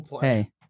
hey